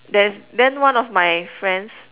there's then one of my friends